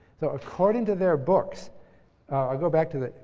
so, according to their books i'll go back to it.